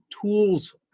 tools